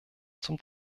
zum